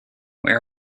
where